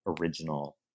original